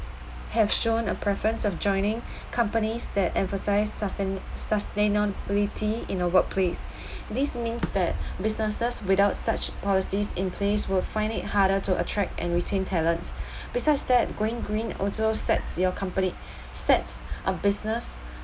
have shown a preference of joining companies that emphasise sustaini~ sustainability in the workplace this means that businesses without such policies in place would find it harder to attract and retain talents besides that going green also sets your company sets a business